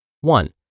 One